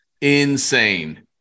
Insane